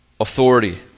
authority